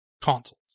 consoles